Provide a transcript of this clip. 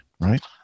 Right